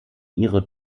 ihre